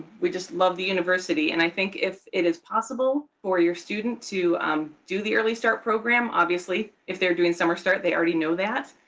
we just love the university. and i think if it is possible for your student to um do the early start program, obviously if they are doing summer start, they already know that.